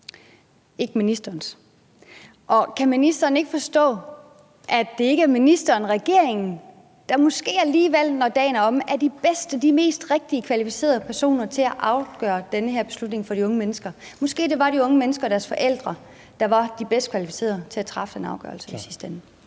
ikke ministerens. Kan ministeren ikke forstå, at det måske alligevel ikke er ministeren eller regeringen, der, når dagen er omme, er de bedste, mest kvalificerede personer til at afgøre den her beslutning for de unge mennesker? Måske det var de unge mennesker og deres forældre, der var de bedst kvalificerede til at træffe en afgørelse i sidste ende.